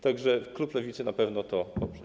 Tak że klub Lewicy na pewno to poprze.